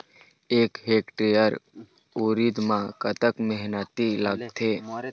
एक हेक्टेयर उरीद म कतक मेहनती लागथे?